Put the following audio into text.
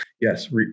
yes